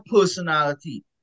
personality